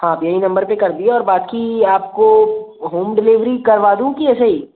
हाँ आप यही नंबर पर कर दिए और बाक़ी आपको होम डेलीवेरी करवा दूँ कि ऐसे ही